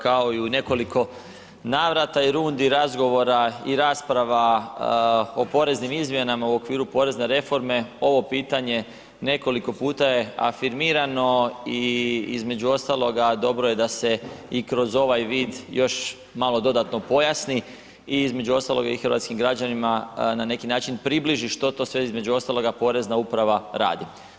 Kao i u nekoliko navrata i rundi razgovora i rasprava o poreznim izmjenama u okviru porezne reforme, ovo pitanje nekoliko puta je afirmirano i između ostaloga dobro je da se i kroz ovaj vid još malo dodatno pojasni i između ostaloga i hrvatskim građanima na neki način približi što to sve između ostaloga Porezna uprava radi.